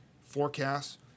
forecasts